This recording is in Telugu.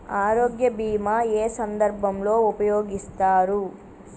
ఆరోగ్య బీమా ఏ ఏ సందర్భంలో ఉపయోగిస్తారు?